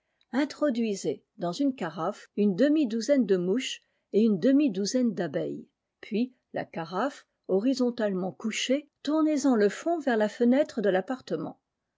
introduisez dans une carafe une demi-douzaine de mouches et une d emi douzaine d'abeilles puis la carafe horizontalement couchée tournez en le fond vers la fenêtre de l'appartement